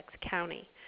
County